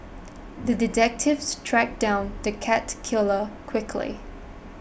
the detective tracked down the cat killer quickly